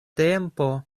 tempo